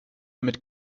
mit